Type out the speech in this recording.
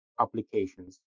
applications